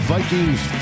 Vikings